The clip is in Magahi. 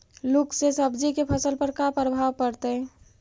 लुक से सब्जी के फसल पर का परभाव पड़तै?